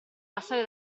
passare